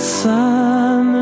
sun